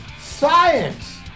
Science